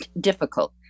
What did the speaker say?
difficult